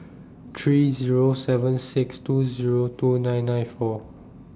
three Zero seven six two Zero two nine nine four